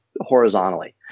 horizontally